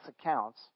accounts